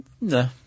No